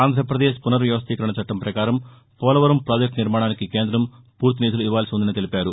ఆంధ్రప్రదేశ్ పునర్ వ్యవస్టీకరణ చట్టం ప్రకారం పోలవరం ప్రాజెక్ట నిర్మాణానికి కేంద్రం పూర్తి నిధులు ఇవ్వాల్సి ఉందని తెలిపారు